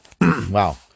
Wow